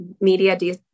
media